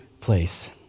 place